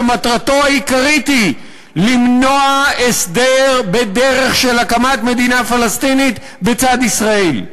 שמטרתו העיקרית היא למנוע הסדר בדרך של הקמת מדינה פלסטינית בצד ישראל.